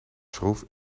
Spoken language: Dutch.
schroef